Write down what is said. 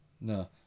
No